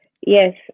Yes